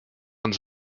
uns